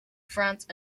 france